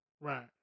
right